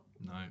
No